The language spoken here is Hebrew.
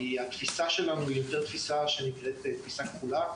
כי התפיסה שלנו היא תפיסה כחולה,